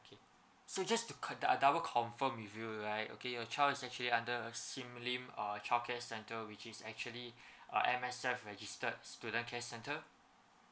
kay~ so just to ca~ uh double confirm with you right okay your child is actually under sim lim uh childcare centre which is actually a M_S_F registered student care center